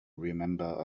remember